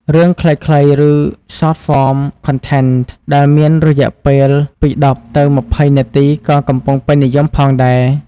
រឿងខ្លីៗ ឬ Short-form content ដែលមានរយៈពេលពី ១០ ទៅ ២០ នាទីក៏កំពុងពេញនិយមផងដែរ។